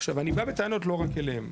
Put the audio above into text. עכשיו אני בא בטענות לא רק אליהם,